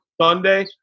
Sunday